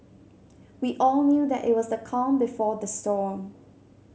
we all knew that it was the calm before the storm